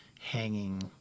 hanging